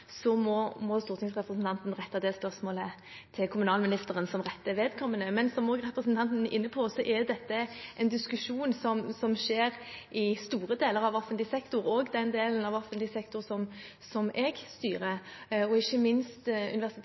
må stortingsrepresentanten rette det spørsmålet til kommunalministeren, som er rette vedkommende. Men som representanten er inne på, er dette en diskusjon som skjer i store deler av offentlig sektor, også den delen av offentlig sektor som jeg styrer, ikke minst